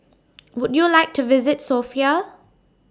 Would YOU like to visit Sofia